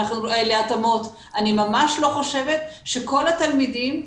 אני ממש לא חושבת שכל התלמידים,